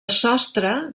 sostre